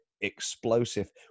explosive